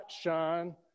shine